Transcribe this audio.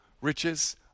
riches